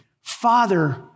Father